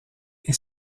est